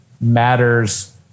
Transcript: matters